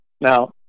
Now